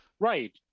Right